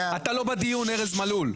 אתה לא בדיון, ארז מלול.